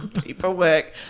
Paperwork